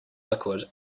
liquid